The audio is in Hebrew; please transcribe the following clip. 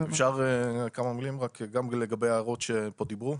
אפשר כמה מילים גם לגבי הערות שפה דיברו?